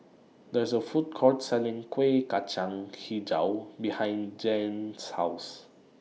There IS A Food Court Selling Kuih Kacang Hijau behind Janyce's House